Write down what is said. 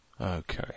Okay